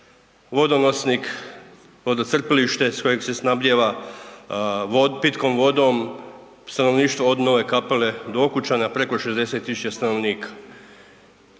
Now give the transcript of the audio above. vodonosnik, vodocrpilište s kojeg se snabdijeva pitkom vodom stanovništvo od Nove Kapele do Okučana preko 60.000 stanovnika.